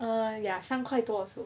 err ya 三块多